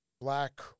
black